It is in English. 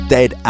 Dead